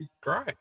Great